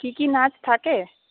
কী কী নাচ থাকে